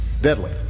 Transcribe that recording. deadly